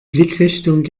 blickrichtung